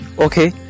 Okay